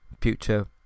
future